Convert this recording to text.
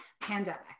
Pandemic